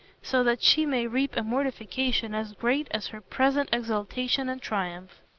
so that she may reap a mortification as great as her present exultation and triumph.